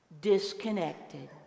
disconnected